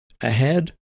ahead